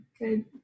good